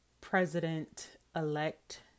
president-elect